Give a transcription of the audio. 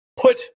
Put